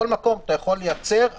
בכל מקום אפשר לייצר.